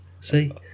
See